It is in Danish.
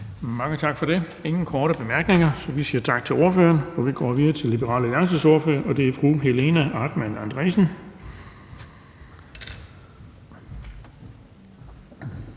Mange tak for det. Der er ingen korte bemærkninger, så vi siger tak til ordføreren. Vi går videre til Liberal Alliances ordfører, og det er fru Helena Artmann Andresen.